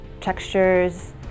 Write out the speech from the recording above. textures